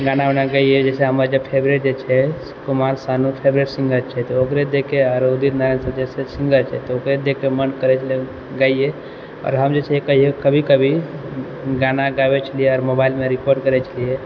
गाना वाना गाइयै जाहिसँ हमर फेवरेट जे छै कुमार शानू फेवरेट सिंगर छै तऽ ओकरे देखके आर उदित नारायण सब जैसे सिंगर छै तऽ ओकरे देखके मोन करै छलै गाययै आओर हम जे छै कभी कभी गाना गाबै छलियै आओर मोबाइलमे रिकॉर्ड करै छलियै